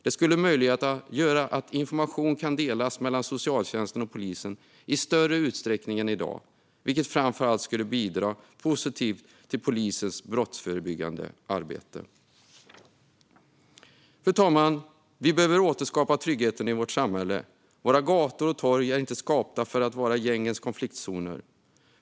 Det skulle möjliggöra att information kan delas mellan socialtjänsten och polisen i större utsträckning än i dag, vilket framför allt skulle bidra positivt till polisens brottsförebyggande arbete. Fru talman! Vi behöver återskapa tryggheten i vårt samhälle. Våra gator och torg är inte skapta för att vara gängens konfliktzoner.